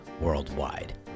worldwide